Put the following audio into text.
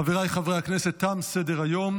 חבריי חברי הכנסת, תם סדר-היום.